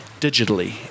digitally